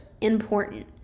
important